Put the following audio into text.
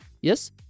yes